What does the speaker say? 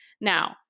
Now